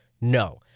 No